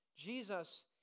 Jesus